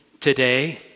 today